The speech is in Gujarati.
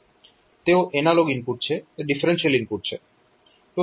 તેઓ એનાલોગ ઇનપુટ છે તે ડિફરેન્શિયલ ઇનપુટ છે